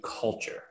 culture